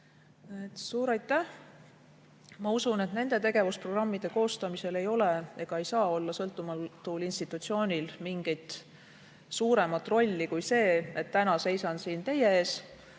Suur aitäh! Ma usun, et nende tegevusprogrammide koostamisel ei ole ega saa olla sõltumatul institutsioonil mingit suuremat rolli kui see, et täna seisan siin teie ees.